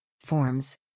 Forms